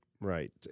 right